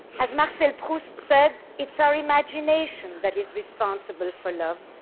as marcel proust said, it's our imagination that is responsible for love,